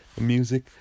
music